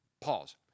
Pause